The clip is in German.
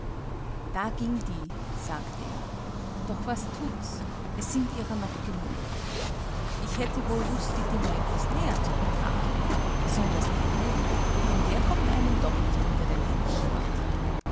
da ging die sagte er doch was thut's es sind ihrer noch genug ich hätte wohl lust die dinger etwas näher zu betrachten besonders den mond denn der kommt einem doch nicht unter den händen fort